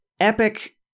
Epic